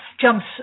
jumps